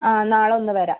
അ നാളെ ഒന്ന് വരാം